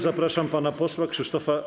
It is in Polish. Zapraszam pana posła Krzysztofa